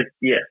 yes